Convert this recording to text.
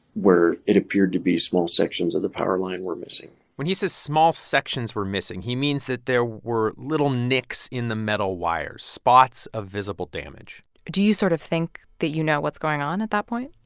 where it appeared to be small sections of the power line were missing when he says small sections were missing, he means that there were little nicks in the metal wires spots of visible damage do you sort of think that you know what's going on at that point?